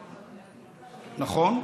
נכון?